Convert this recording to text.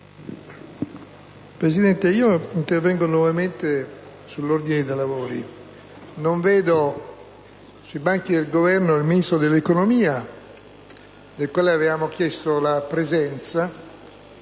Presidente, intervengo nuovamente sull'ordine dei lavori. Non vedo nei banchi del Governo il Ministro dell'economia, del quale avevamo chiesto la presenza,